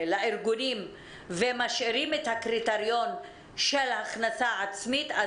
לארגונים ומשאירים את הקריטריון של הכנסה עצמית,